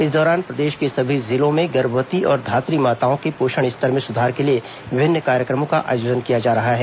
इस दौरान प्रदेश के सभी जिलों में गर्भवती और धात्री माताओं के पोषण स्तर में सुधार के लिए विभिन्न कार्यक्रमों का आयोजन किया जा रहा है